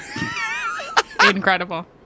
Incredible